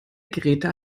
geräte